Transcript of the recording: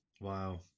wow